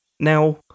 Now